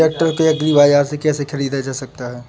Tractor को agri Bazaar से कैसे ख़रीदा जा सकता हैं?